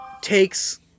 takes